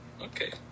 Okay